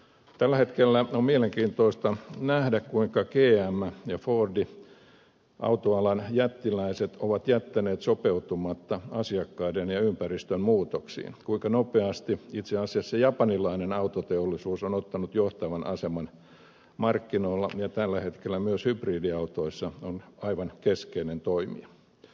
tällä hetkellä on mielenkiintoista nähdä kuinka gm ja ford autoalan jättiläiset ovat jättäneet sopeutumatta asiakkaiden ja ympäristön muutoksiin kuinka nopeasti itse asiassa japanilainen autoteollisuus on ottanut johtavan aseman markkinoilla ja tällä hetkellä myös hybridiautoissa on aivan keskeinen toimija